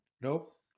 Nope